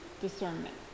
discernment